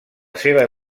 seva